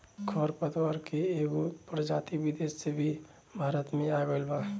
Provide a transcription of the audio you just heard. खर पतवार के कएगो प्रजाति विदेश से भी भारत मे आ गइल बा